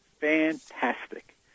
fantastic